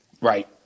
Right